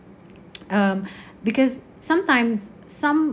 um because sometimes some